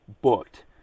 booked